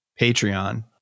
patreon